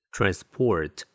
Transport